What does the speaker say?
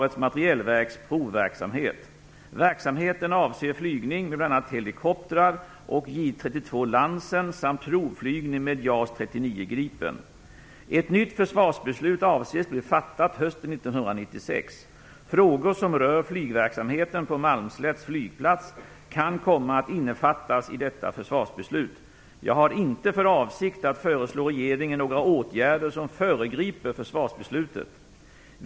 1996. Frågor som rör flygverksamheten på Malmslätts flygplats kan komma att innefattas i detta försvarsbeslut. Jag har inte för avsikt att föreslå regeringen några åtgärder som föregriper försvarsbeslutet.